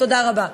תודה רבה.